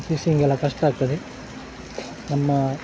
ಫಿಶಿಂಗೆಲ್ಲ ಕಷ್ಟ ಆಗ್ತದೆ ನಮ್ಮ